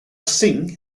singh